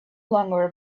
longer